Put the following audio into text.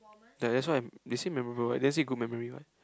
ya that's why they say memorable what didn't say good memory what